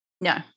No